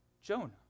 Jonah